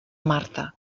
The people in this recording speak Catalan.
marta